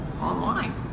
online